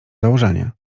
założenie